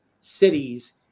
cities